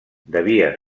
devia